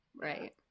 Right